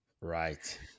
Right